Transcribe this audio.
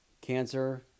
cancer